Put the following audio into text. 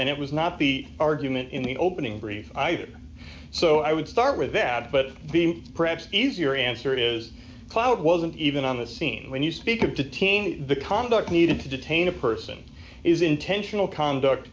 and it was not the argument in the opening brief either so i would start with that but perhaps easier answer is cloud wasn't even on the scene when you speak of the team the conduct needed to detain a person is intentional conduct